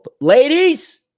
Ladies